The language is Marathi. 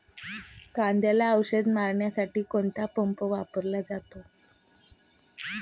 कांद्याला औषध मारण्यासाठी कोणता पंप वापरला जातो?